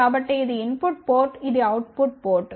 కాబట్టి ఇది input port ఇది అవుట్ పుట్ పోర్ట్